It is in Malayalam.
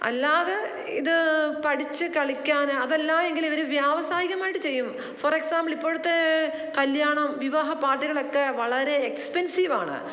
അല്ലാതെ ഇത് പഠിച്ച് കളിക്കാന് അതല്ലായെങ്കിൽ ഇവർ വ്യാവസായികമായിട്ട് ചെയ്യും ഫോറ് എക്സാമ്പിൾ ഇപ്പഴത്തെ കല്യാണം വിവാഹപ്പാർട്ടികളൊക്കെ വളരെ എക്സ്പ്പെൻസീവ് ആണ്